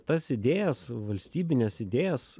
tas idėjas valstybines idėjas